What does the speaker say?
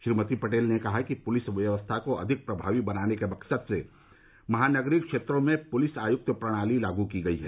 श्रीमती पटेल ने कहा कि पुलिस व्यवस्था को अधिक प्रभावी बनाने के मक्सद से महानगरीय क्षेत्रों में पुलिस आयुक्त प्रणाली लागू की गई है